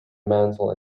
mantel